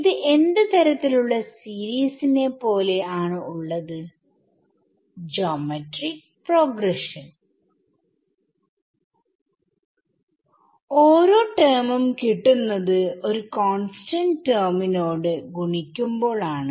ഇത് എന്ത് തരത്തിലുള്ള സീരീസ് നെ പോലെ ആണ് ഉള്ളത്ജോമെട്രിക് പ്രോഗ്രഷൻ ഓരോ ടെർമും കിട്ടുന്നത് ഒരു കോൺസ്റ്റന്റ് ടെർമിനോട് ഗുണിക്കുമ്പോൾ ആണ്